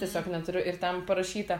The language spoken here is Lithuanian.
tiesiog neturiu ir ten parašyta